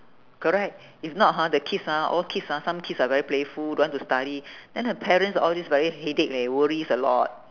correct if not hor the kids ah all kids ah some kids are very playful don't want to study then the parents ah all these very headache leh will worries a lot